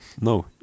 no